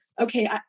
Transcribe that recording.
Okay